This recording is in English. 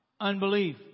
unbelief